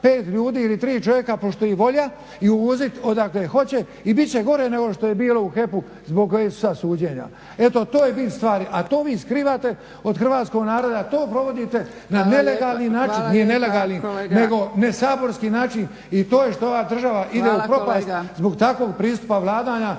pet ljudi ili tri čovjeka pošto ih volja i uvozit odakle hoće i bit će gore nego što je bilo u HEP-u zbog kojeg su sad suđenja. Eto to je bit stvari, a to vi skrivate od hrvatskog naroda, to provodite na nelegalni način… **Zgrebec, Dragica (SDP)** Hvala lijepa. **Marasović, Dujomir (HDZ)** Nego nesaborski način i to je što ova država ide u propast zbog takvog pristupanja vladanja